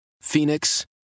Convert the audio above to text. Phoenix